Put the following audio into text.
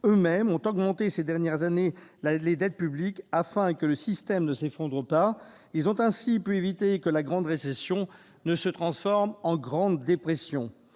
augmenté, au cours des dernières années, leur dette publique, afin que le système ne s'effondre pas. Ils ont ainsi pu éviter que la grande récession ne se transforme en grande dépression.